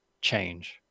change